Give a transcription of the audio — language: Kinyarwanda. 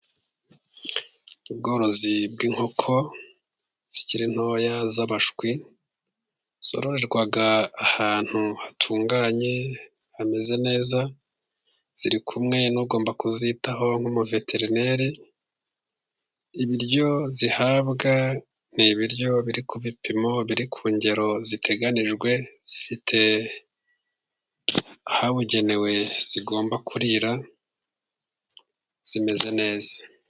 Ubworozi bw'inkoko zikiri ntoya z'amashwi, zororerwa ahantu hatunganye hameze neza, ziri kumwe n'ugomba kuzitaho nk'umuveterineri ibiryo zihabwa ni ibiryo biri ku bipimo ,biri ku ngero ziteganijwe zifite ahabugenewe zigomba kurira zimeze neza.